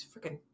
freaking